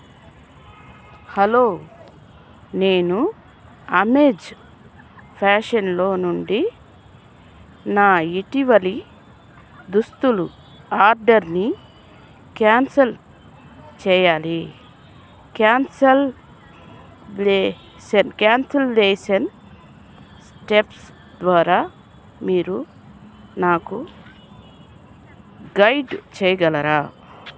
hello నేను Amaze ఫ్యాషన్లో నుండి నా ఇటీవలి దుస్తులు ఆర్డర్ని క్యాన్సిల్ చేయాలి క్యాన్సిలేషన్ స్టెప్స్ ద్వారా మీరు నాకు గైడ్ చేయగలరా